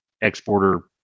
exporter